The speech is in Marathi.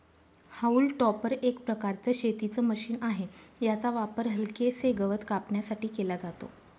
हाऊल टॉपर एक प्रकारचं शेतीच मशीन आहे, याचा वापर हलकेसे गवत कापण्यासाठी केला जातो